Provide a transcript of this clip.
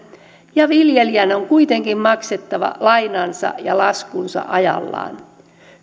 ja viljelijän on kuitenkin maksettava lainansa ja laskunsa ajallaan